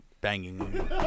banging